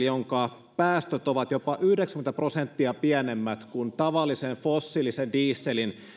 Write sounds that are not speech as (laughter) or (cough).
(unintelligible) jonka päästöt ovat jopa yhdeksänkymmentä prosenttia pienemmät kuin tavallisen fossiilisen dieselin